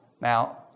Now